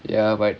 ya but